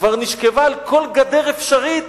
כבר נשכבה על כל גדר אפשרית,